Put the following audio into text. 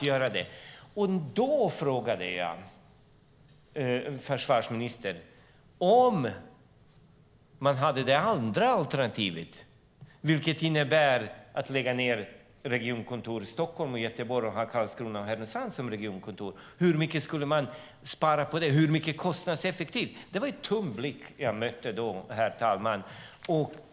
I debatten frågade jag försvarsministern hur mycket man skulle spara på det andra alternativet, att lägga ned regionkontoren i Stockholm och Göteborg och behålla dem i Karlskrona och Härnösand, och hur kostnadseffektivt det skulle bli. Det var en tom blick jag mötte då, herr talman.